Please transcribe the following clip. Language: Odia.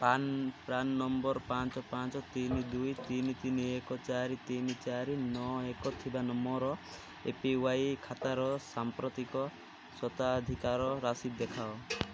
ପ୍ରାନ୍ ପ୍ରାନ୍ ନମ୍ବର୍ ପାଞ୍ଚ ପାଞ୍ଚ ତିନି ଦୁଇ ତିନି ତିନି ଏକ ଚାରି ତିନି ଚାରି ନଅ ଏକ ଥିବା ମୋର ଏ ପି ୱାଇ ଖାତାର ସାମ୍ପ୍ରତିକ ସ୍ୱତ୍ୱାଧିକାର ରାଶି ଦେଖାଅ